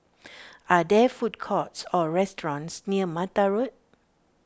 are there food courts or restaurants near Mata Road